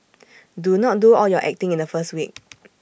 do not do all your acting in the first week